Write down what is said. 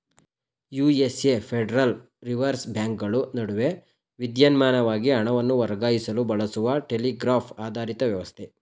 USA federal reserve ಬ್ಯಾಂಕ್ಗಳು ನಡುವೆ ವಿದ್ಯುನ್ಮಾನವಾಗಿ ಹಣವನ್ನು ವರ್ಗಾಯಿಸಲು ಬಳಸುವ ಟೆಲಿಗ್ರಾಫ್ ಆಧಾರಿತ ವ್ಯವಸ್ಥೆ